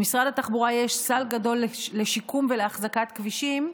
למשרד התחבורה יש סל גדול לשיקום ולאחזקת כבישים,